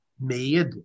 made